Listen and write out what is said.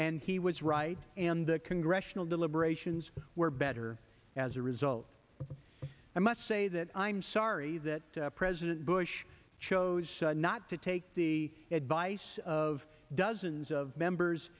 and he was right and the congressional deliberations were better as a result i must say that i'm sorry that president bush chose not to take the advice of dozens of members